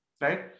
right